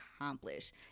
accomplish